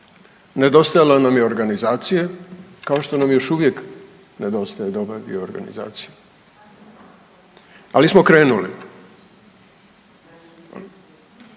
Nedostajalo nam je organizacije kao što nam još uvijek nedostaje dobar dio organizacije, ali smo krenuli.